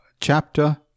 chapter